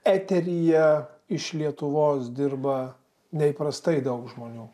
eteryje iš lietuvos dirba neįprastai daug žmonių